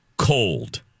Cold